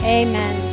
amen